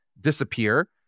disappear